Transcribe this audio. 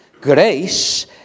Grace